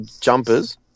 jumpers